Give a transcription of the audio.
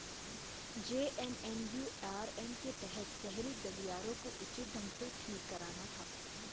JNNURM के तहत शहरी गलियारों को उचित ढंग से ठीक कराना था